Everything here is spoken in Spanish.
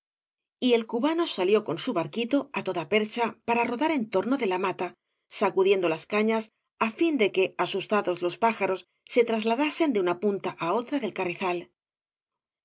y el cubano salió con su barquito á toda percha para rodar en torno de la mata sacudiendo las cañas á fin de que asustados los pájaros se trasladasen de una punta á otra del carrizal